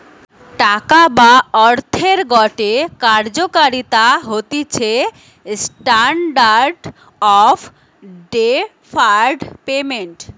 টাকা বা অর্থের গটে কার্যকারিতা হতিছে স্ট্যান্ডার্ড অফ ডেফার্ড পেমেন্ট